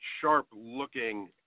sharp-looking